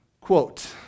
Quote